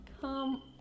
Come